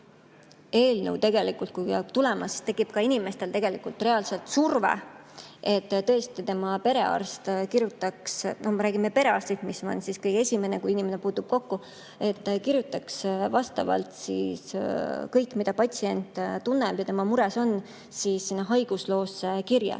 eelnõu tegelikult, kui peab tulema, siis tekib ka inimestel tegelikult reaalselt surve, et tõesti tema perearst – noh, me räägime perearstist, kes on kõige esimene, kellega inimene puutub kokku – kirjutaks vastavalt siis kõik, mida patsient tunneb ja mis tema mured on, sinna haigusloosse.